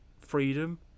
freedom